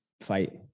fight